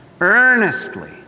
earnestly